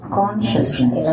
consciousness